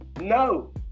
No